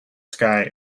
sky